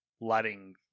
letting